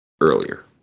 earlier